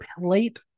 plate